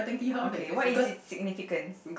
okay what is its significance